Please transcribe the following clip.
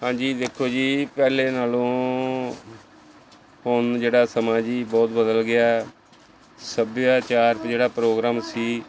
ਹਾਂਜੀ ਦੇਖੋ ਜੀ ਪਹਿਲੇ ਨਾਲੋਂ ਹੁਣ ਜਿਹੜਾ ਸਮਾਂ ਜੀ ਬਹੁਤ ਬਦਲ ਗਿਆ ਸੱਭਿਆਚਾਰ ਵੀ ਜਿਹੜਾ ਪ੍ਰੋਗਰਾਮ ਸੀ